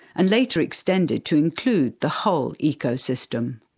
and later extended to include the whole ecosystem.